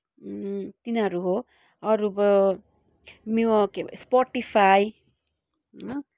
तिनीहरू हो अरू भयो मिओके स्पोटिफाई होइन